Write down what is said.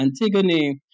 Antigone